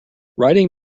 writing